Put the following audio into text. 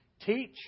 teach